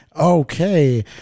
Okay